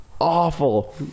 awful